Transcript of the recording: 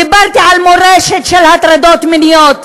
דיברתי על מורשת של הטרדות מיניות,